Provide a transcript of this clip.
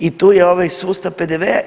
I tu je ovaj sustav PDV-a.